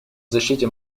защите